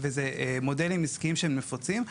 ואלה מודלים עסקיים שהם נפוצים,